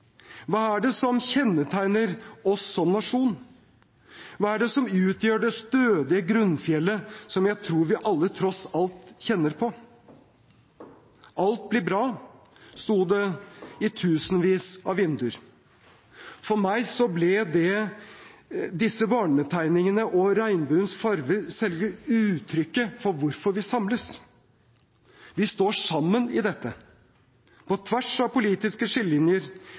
Hva er det som kjennetegner oss som nasjon? Hva er det som utgjør det stødige grunnfjellet, som jeg tror vi alle tross alt kjenner at vi står på? «Alt blir bra» sto det i tusenvis av vinduer. For meg ble disse barnetegningene og regnbuens farger selve uttrykket for hvorfor vi samles. Vi står sammen i dette. På tvers av politiske skillelinjer